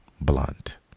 blunt